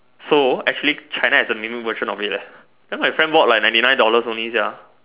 so actually China has a newer version of it leh then my friend bought like ninety nine dollars only sia